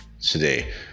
today